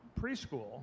preschool